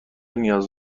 نیاز